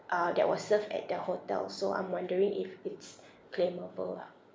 uh that was served at the hotel so I'm wondering if it's claimable ah